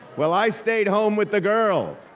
well, i stayed home with the girl.